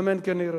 אמן כן יהי רצון.